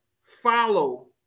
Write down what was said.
follow